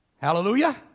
Hallelujah